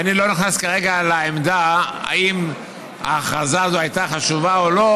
ואני לא נכנס כרגע לעמדה אם ההכרזה הזו הייתה חשובה או לא,